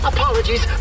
Apologies